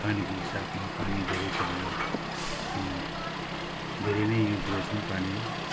पानीको हिसाबमा पानी धेरै छ भने हामी धेरै नै युज गर्छौँ पानी